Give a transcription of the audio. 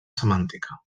semàntica